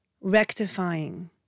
rectifying